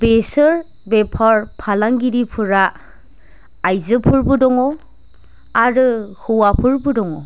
बेसोर बेफार फालांगिरिफोरा आइजोफोरबो दङ आरो हौवाफोरबो दङ